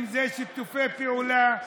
אם זה שיתופי פעולה,